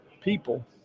people